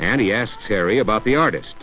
and he asked harry about the artist